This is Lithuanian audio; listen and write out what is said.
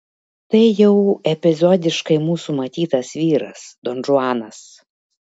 tai jau epizodiškai mūsų matytas vyras donžuanas